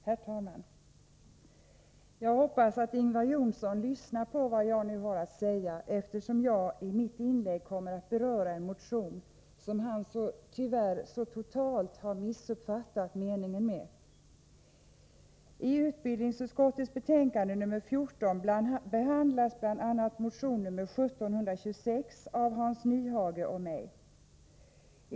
Herr talman! Jag hoppas att Ingvar Johnsson lyssnar på vad jag nu har att säga, eftersom jag i mitt inlägg kommer att beröra en motion som han tyvärr totalt har missuppfattat meningen med. I utbildningsutskottets betänkande nr 14 behandlas bl.a. motion nr 1726 av Hans Nyhage och mig.